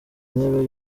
intebe